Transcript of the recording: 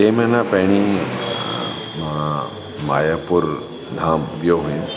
टे महिना पहिरीं मां मायापुर धाम वियो हुयुमि